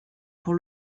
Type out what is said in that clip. pour